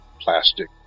plastic